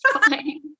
fine